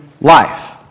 life